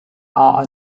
are